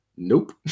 nope